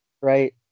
right